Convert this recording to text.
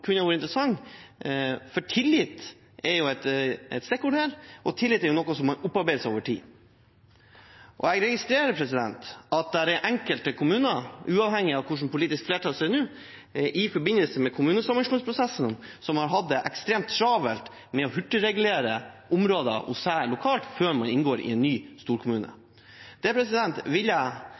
kunne være interessant, for tillit er et stikkord her, og tillit er jo noe man opparbeider seg over tid. Jeg registrerer at det er enkelte kommuner som i forbindelse med kommunesammenslåingsprosessen – uavhengig av hvilket politisk flertall som er nå – har hatt det ekstremt travelt med å hurtigregulere områder hos seg lokalt, før man inngår i en ny storkommune. Det vil jeg